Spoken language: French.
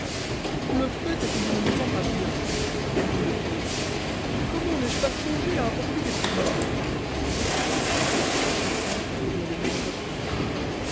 le fait est que je ne me sens pas bien dit le comte comment n'ai-je pas songé à apporter des provisions chacun se faisait le même reproche